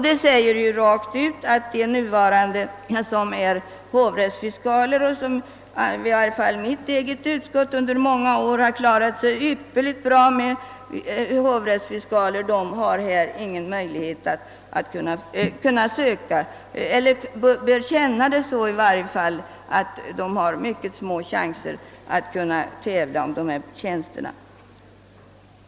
Detta anger tydligt att de nuvarande tjänste männen, som är hovrättsfiskaler och som i varje fall i mitt utskott under många år klarat sig ypperligt väl, har mycket små chanser — i varje fall bör de känna det så — att kunna tävla om dessa tjänster.